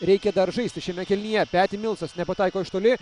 reikia dar žaisti šiame kelinyje peti milsas nepataiko iš toli